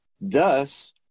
Thus